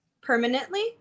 permanently